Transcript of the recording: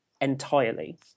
entirely